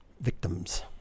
victims